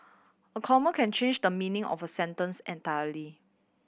a comma can change the meaning of a sentence entirely